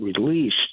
released